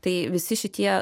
tai visi šitie